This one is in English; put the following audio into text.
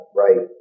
right